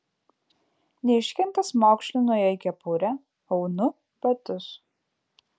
neiškentęs maukšlinu jai kepurę aunu batus